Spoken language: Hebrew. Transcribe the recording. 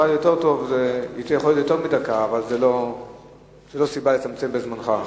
היית יכול יותר מדקה, אבל זו לא סיבה לצמצם בזמנך.